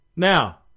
Now